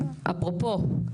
אפרופו,